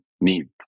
need